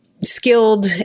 Skilled